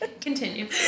Continue